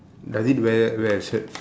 does it wear wear a shirt